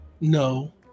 no